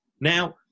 Now